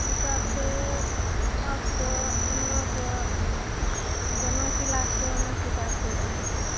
किताब छै एक पाँच सओ पन्द्रह सओ जेना क्लासके ओना किताबके दाम छै